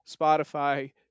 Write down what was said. Spotify